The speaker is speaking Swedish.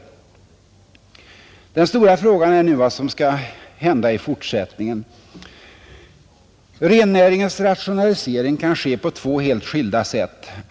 Den stora frågan är nu vad som skall hända i fortsättningen, Rennäringens rationalisering kan ske på två helt skilda sätt.